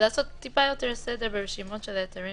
לעשות טיפה יותר סדר ברשימות של ההיתרים